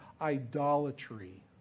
idolatry